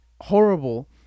horrible